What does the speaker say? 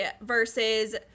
versus